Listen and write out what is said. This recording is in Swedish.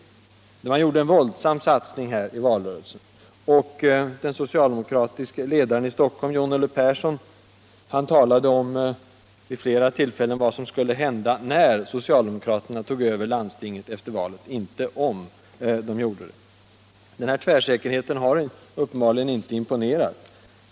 Socialdemokraterna gjorde en våldsam satsning i valrörelsen, och den socialdemokratiske ledaren i Stockholm John-Olof Persson talade vid flera tillfällen om vad som skulle hända när socialdemokraterna tog över landstinget efter valet, inte om de gjorde det. Den här tvärsäkerheten har uppenbarligen inte imponerat.